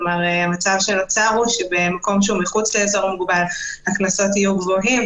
כי המצב שנוצר הוא שבמקום שהוא מחוץ לאזור מוגבל הקנסות יהיו גבוהים,